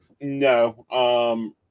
No